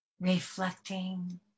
reflecting